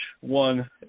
one